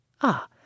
Ah